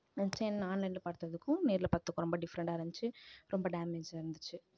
அந்த செயின் ஆன்லைனில் பார்த்ததுக்கும் நேரில் பார்த்ததுக்கும் ரொம்ப டிஃப்ரண்டாக இருந்துச்சு ரொம்ப டேமேஜாக இருந்துச்சு